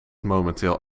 momenteel